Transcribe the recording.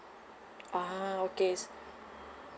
a'ah okay